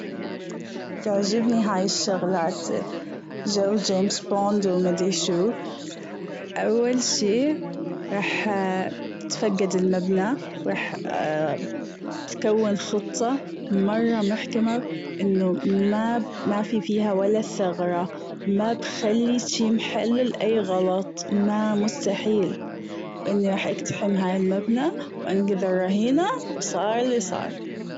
تعجبني هاي الشغلات جو جيمس بوند وما ادري شو أول شي راح أتفجد المبنى وراح اكون خطة مرة محكمة أنه ما- مافي فيها ولا ثغرة ما بخلي شي محل لأي غلط ما مستحيل وأني راح أجتحم ها المبنى وأنقذ الرهينة وصار اللي صار.